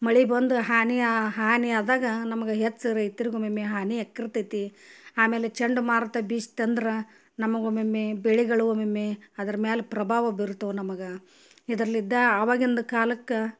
ಮಳೆ ಬಂದು ಹಾನಿ ಹಾನಿ ಆದಾಗ ನಮ್ಗೆ ಹೆಚ್ಚು ರೈತ್ರಿಗೆ ಒಮ್ಮೊಮ್ಮೆ ಹಾನಿ ಎಕ್ರುತೈತಿ ಆಮೇಲೆ ಚಂಡ್ಮಾರುತ ಬೀಸ್ತಂದ್ರೆ ನಮ್ಗೆ ಒಮ್ಮೊಮ್ಮೆ ಬೆಳೆಗಳು ಒಮ್ಮೊಮ್ಮೆ ಅದ್ರ ಮ್ಯಾಲ ಪ್ರಭಾವ ಬೀರ್ತವು ನಮ್ಗೆ ಇದರಲ್ಲಿದ್ದ ಅವಾಗಿನ್ದ್ ಕಾಲಕ್ಕೆ